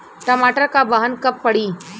टमाटर क बहन कब पड़ी?